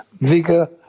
vigor